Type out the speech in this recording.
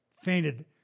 fainted